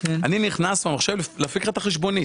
אני נכנס למחשב להפיק לך את החשבונית.